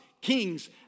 kings